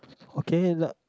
okay is that